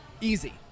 easy